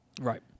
Right